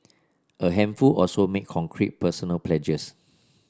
a handful also made concrete personal pledges